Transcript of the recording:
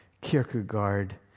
Kierkegaard